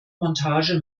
montage